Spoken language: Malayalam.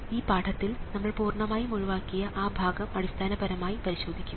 അതിനാൽ ഈ പാഠത്തിൽ നമ്മൾ പൂർണ്ണമായും ഒഴിവാക്കിയ ആ ഭാഗം അടിസ്ഥാനപരമായി പരിശോധിക്കും